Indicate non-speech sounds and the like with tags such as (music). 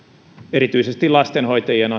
erityisesti lastenhoitajien (unintelligible)